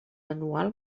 anual